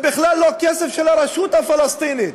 זה בכלל לא כסף של הרשות הפלסטינית.